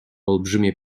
olbrzymie